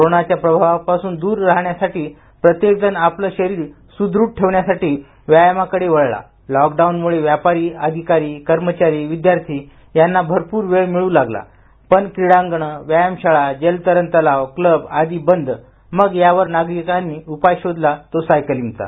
कोरोनाच्या प्रभावापासून दूर राहण्यासाठी प्रत्येकजण आपलं शरीर सुदृढ ठेवण्यासाठी व्यायामाकडे वळला लॉकडाऊनमुळे व्यापारी अधिकारी कर्मचारी विद्यार्थी यांना भरपूर वेळ मिळू लागला पण क्रीडांगण व्यायाम शाळा जलतरण तलाव क्लब आदी बंद मग यावर नागरिकांनी उपाय शोधला तो सायकलिंगचा